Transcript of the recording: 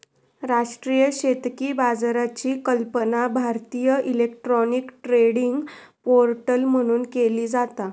राष्ट्रीय शेतकी बाजाराची कल्पना भारतीय इलेक्ट्रॉनिक ट्रेडिंग पोर्टल म्हणून केली जाता